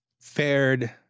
fared